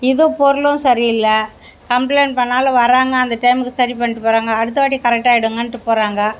இது பொருளும் சரி இல்லை கம்ளைண்ட் பண்ணாலும் வராங்க அந்த டைமுக்கு சரி பண்ணிவிட்டு போகிறாங்க அடுத்த வாட்டி கரெக்ட் ஆகிடுங்கன்னு போகிறாங்க